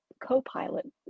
co-pilot